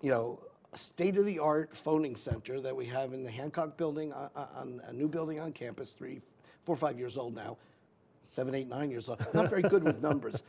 you know state of the art phoning center that we have in the hancock building and new building on campus three four five years old now seven eight nine years a very good numbers